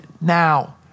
now